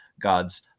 God's